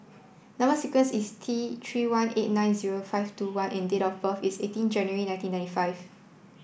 number sequence is T three one eight nine zero five two one and date of birth is eighteen January nineteen ninety five